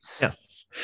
Yes